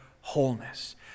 wholeness